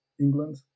England